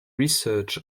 research